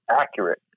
accurate